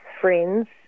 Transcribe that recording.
friends